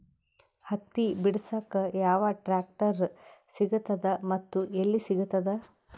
ಹತ್ತಿ ಬಿಡಸಕ್ ಯಾವ ಟ್ರಾಕ್ಟರ್ ಸಿಗತದ ಮತ್ತು ಎಲ್ಲಿ ಸಿಗತದ?